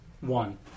one